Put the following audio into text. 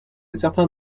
certains